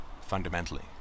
fundamentally